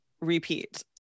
repeat